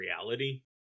reality